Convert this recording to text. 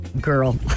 girl